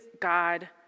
God